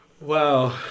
wow